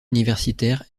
universitaire